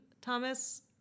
Thomas